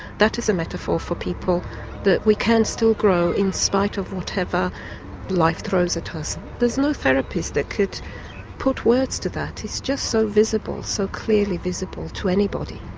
that is a metaphor for people that we can still grow in spite of whatever life throws at us. there's no therapist that could put words to that, it's just so visible, so clearly visible to anybody.